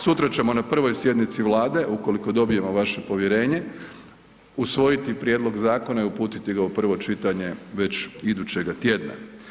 Sutra ćemo na prvoj sjednici Vlade, ukoliko dobijemo vaše povjerenje usvojiti prijedlog zakona i uputiti ga u prvo čitanje već idućega tjedna.